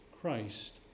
Christ